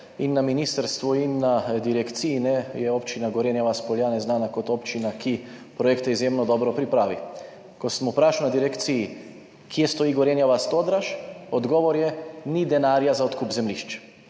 na ministrstvu in na direkciji, je občina Gorenja vas - Poljane znana kot občina, ki projekte izjemno dobro pripravi. Ko sem vprašal na direkciji, kje stoji Gorenja vas–Todraž, odgovor je, ni denarja za odkup zemljišč,